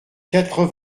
quatre